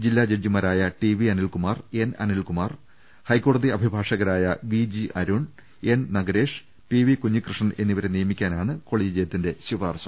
ജില്ലാജഡ്ജിമാരായ T V Anilkumar N Anilkumar ഹൈക്കോടതി അഭിഭാഷകരായ V G Arun N Nagaresh P V Kunhikrishnan എന്നിവരെ നീയമിക്കാനാണ് കൊളീ ജിയത്തിന്റെ ശുപാർശ